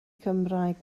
cymraeg